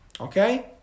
Okay